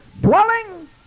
dwelling